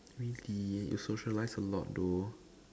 means he you socialize a lot though